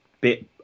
bit